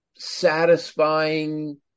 satisfying